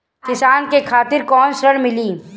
किसान के खातिर कौन ऋण मिली?